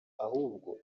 ahubwo